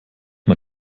man